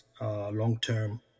long-term